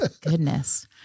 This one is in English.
Goodness